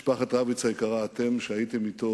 משפחת רביץ היקרה, אתם, שהייתם אתו